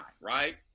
right